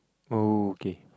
okay